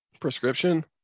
Prescription